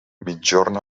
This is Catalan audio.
migjorn